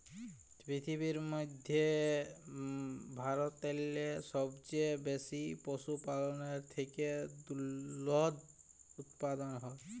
পিরথিবীর ম্যধে ভারতেল্লে সবচাঁয়ে বেশি পশুপাললের থ্যাকে দুহুদ উৎপাদল হ্যয়